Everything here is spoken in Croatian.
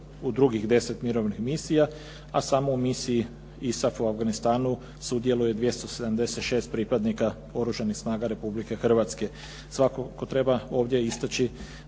u drugih 10 mirovnih misija, a samo u Misiji ISAF u Afganistanu sudjeluje 276 pripadnika Oružanih snaga Republike Hrvatske. Svakako treba ovdje istaći